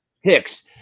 Hicks